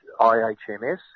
IHMS